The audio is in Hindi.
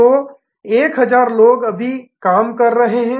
तो 1000 लोग अभी भी काम कर रहे हैं